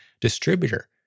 distributor